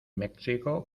méxico